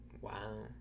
Wow